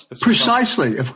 Precisely